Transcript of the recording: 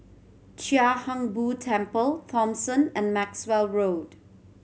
Chia Hung Boo Temple Thomson and Maxwell Road